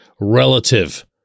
relative